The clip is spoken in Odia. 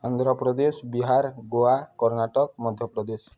ଆନ୍ଧ୍ରପ୍ରଦେଶ ବିହାର ଗୋଆ କର୍ଣ୍ଣାଟକ ମଧ୍ୟପ୍ରଦେଶ